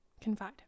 Confide